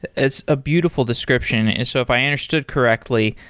it's a beautiful description. and so if i understood correctly,